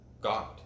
God